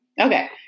Okay